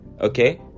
Okay